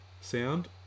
sound